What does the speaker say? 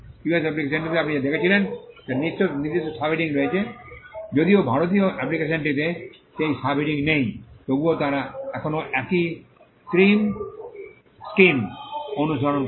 US অ্যাপ্লিকেশনটিতে আপনি যা দেখেছিলেন যার নির্দিষ্ট সাবহেডিং রয়েছে যদিও ভারতীয় অ্যাপ্লিকেশনটিতে সেই সাবহেডিং নেই তবুও তারা এখনও একই স্ক্রিম স্কিম অনুসরণ করে